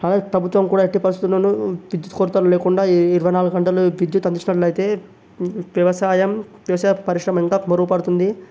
అలాగే ప్రభుత్వం కూడా ఎట్టి పరిస్థితులలోనూ విద్యుత్ కొరతలు లేకుండా ఇరవైనాలుగు గంటలు విద్యుత్ అందించినట్లయితే వ్యవసాయం వ్యవసాయ పరిశ్రమ ఇంకా మెరుగుపడుతుంది